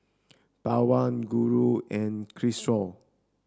Pawan Guru and Kishore